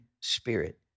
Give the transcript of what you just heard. spirit